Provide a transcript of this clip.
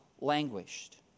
languished